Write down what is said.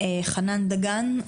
חנן דגן.